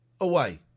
away